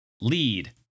lead